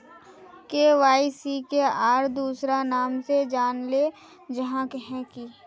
KYC के आर दोसरा नाम से जानले जाहा है की?